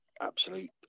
Absolute